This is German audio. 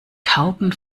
tauben